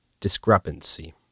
discrepancy